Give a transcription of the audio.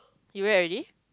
you wear already